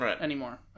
anymore